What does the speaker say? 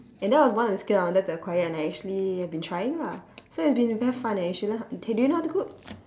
and that was one of the skill I wanted to acquire and I actually have been trying lah so it's been very fun eh you should learn how do you know how to cook